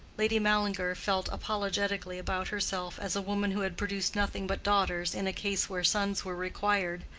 lady mallinger felt apologetically about herself as a woman who had produced nothing but daughters in a case where sons were required,